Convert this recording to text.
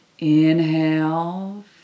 Inhale